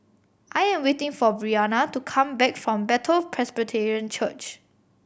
I am waiting for Brianna to come back from Bethel Presbyterian Church